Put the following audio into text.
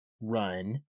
run